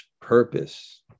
purpose